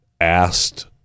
asked